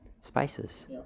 Spices